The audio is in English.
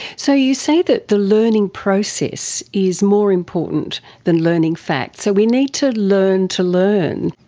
so you say that the learning process is more important than learning facts. so we need to learn to learn.